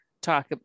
talk